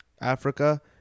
Africa